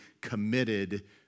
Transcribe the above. committed